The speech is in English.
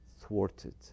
thwarted